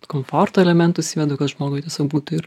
komforto elementus įvedu kad žmogui tiesiog būtų ir